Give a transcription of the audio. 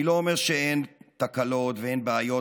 אני לא אומר שאין תקלות ואין בעיות,